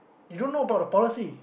you don't know about the policy